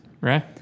Right